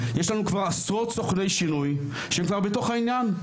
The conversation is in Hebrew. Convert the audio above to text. יש לנו כבר עשרות סוכני שינוי שהם בתוך העניין.